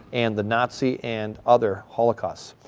and the nazi, and other holocausts.